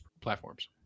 platforms